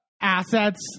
assets